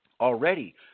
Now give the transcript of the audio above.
already